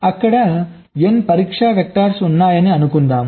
అక్కడ n పరీక్ష vectors ఉన్నాయి అనుకుందాం